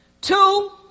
Two